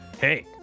Hey